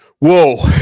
Whoa